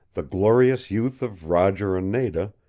the glorious youth of roger and nada,